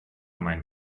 mein